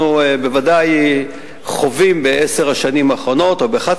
אנחנו בוודאי חווים בעשר השנים האחרונות או ב-11